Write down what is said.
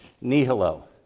nihilo